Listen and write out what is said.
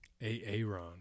Aaron